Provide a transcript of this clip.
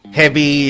heavy